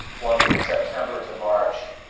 one from september to march,